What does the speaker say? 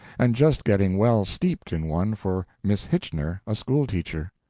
and just getting well steeped in one for miss hitchener, a school-teacher.